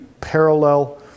parallel